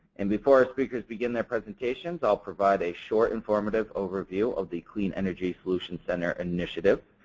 and before our speakers begin their presentations i will provide a short informative overview of the clean energy solutions center initiative.